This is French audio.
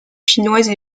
chinoise